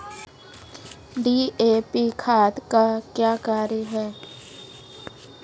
DAP खाद का क्या कार्य हैं?